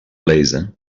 laser